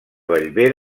bellver